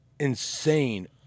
insane